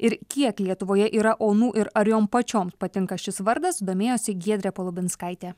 ir kiek lietuvoje yra onų ir ar jom pačiom patinka šis vardas domėjosi giedrė palubinskaitė